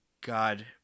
God